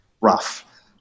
rough